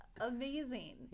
amazing